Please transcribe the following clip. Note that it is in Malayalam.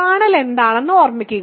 കേർണൽ എന്താണെന്ന് ഓർമ്മിക്കുക